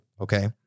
okay